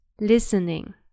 listening